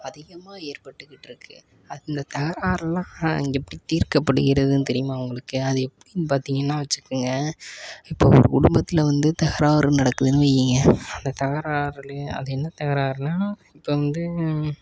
அதிகமாக ஏற்பட்டுக்கிட்டிருக்கு அந்த தகராறுலாம் எப்படி தீர்க்கப்படுகிறதுன்னு தெரியுமா உங்களுக்கு அது எப்படின்னு பார்த்திங்கன்னா வச்சிக்கங்க இப்போ ஒரு குடும்பத்தில் வந்து தகராறு நடக்குதுன்னு வைங்க அந்த தகராறுலேயே அது என்ன தகராறுன்னால் இப்போ வந்து